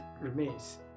remains